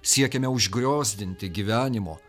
siekiame užgriozdinti gyvenimo